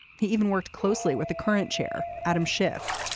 he even worked closely with the current chair adam schiff.